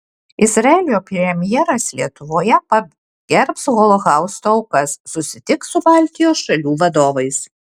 izraelio premjeras lietuvoje pagerbs holokausto aukas susitiks su baltijos šalių vadovais